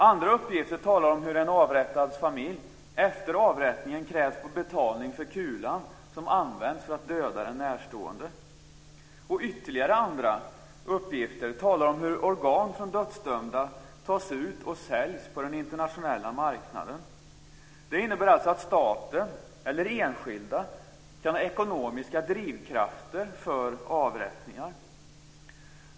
Andra uppgifter talar om hur en avrättads familj efter avrättningen krävs på betalning för kulan som använts för att döda den närstående. Ytterligare andra uppgifter gäller att organ tas från dödsdömda och säljs på den internationella marknaden. Det innebär att staten - eller enskilda - kan ha ekonomiska drivkrafter för avrättningar.